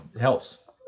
Helps